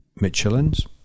Michelin's